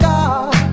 God